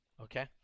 okay